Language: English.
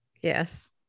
yes